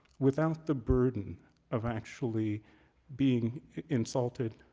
without the burden of actually being insulted,